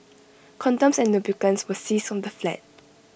condoms and lubricants were seized from the flat